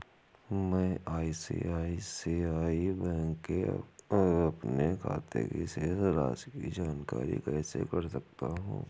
मैं आई.सी.आई.सी.आई बैंक के अपने खाते की शेष राशि की जाँच कैसे कर सकता हूँ?